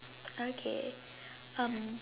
okay um